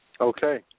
Okay